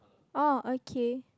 oh okay